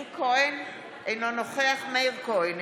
אינו נוכח מאיר כהן,